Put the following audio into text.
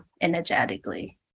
energetically